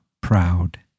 proud